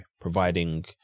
providing